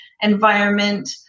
environment